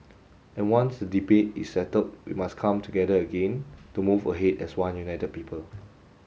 and once the debate is settled we must come together again to move ahead as one united people